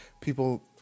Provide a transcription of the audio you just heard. people